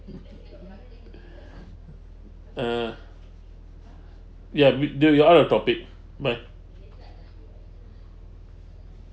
uh ya we do you out of topic but